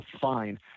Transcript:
fine